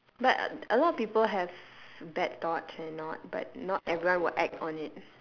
but a lot of people have bad thoughts and all but not everyone will act on it